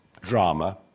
drama